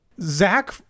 Zach